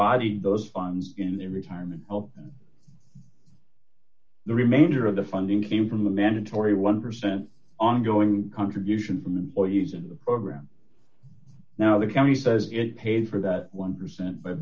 body those funds in a retirement help the remainder of the funding came from a mandatory one percent ongoing contribution from employees in the program now the county says it paid for that one percent b